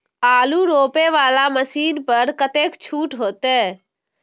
आलू रोपे वाला मशीन पर कतेक छूट होते?